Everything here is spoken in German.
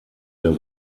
der